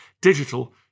digital